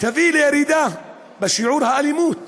תביא לירידה בשיעורי האלימות